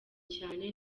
cyane